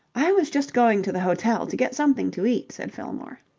i was just going to the hotel to get something to eat, said fillmore.